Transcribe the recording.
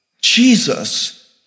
Jesus